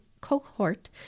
cohort